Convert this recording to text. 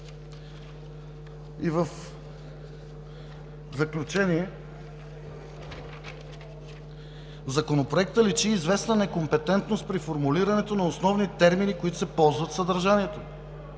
В заключение, в Законопроекта личи известна некомпетентност при формулирането на основни термини, които се ползват в съдържанието.